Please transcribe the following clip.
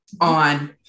on